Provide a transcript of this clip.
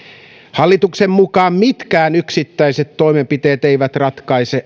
hallituksen mukaan mitkään yksittäiset toimenpiteet eivät ratkaise